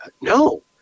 No